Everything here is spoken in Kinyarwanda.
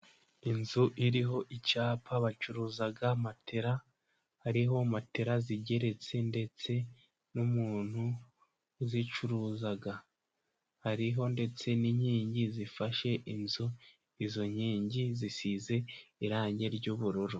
Inzu iriho icyapa bacuruza matera, hariho matera zigeretse ndetse n'umuntu uzicuruza, hariho ndetse n'inkingi zifashe inzu, izo nkingi zisize irangi ry'ubururu.